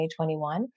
2021